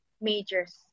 majors